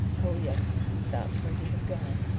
oh yes that's where he has gone!